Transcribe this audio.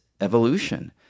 evolution